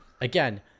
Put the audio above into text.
again